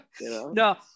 No